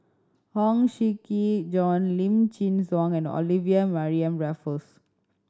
Huang Shiqi Joan Lim Chin Siong and Olivia Mariamne Raffles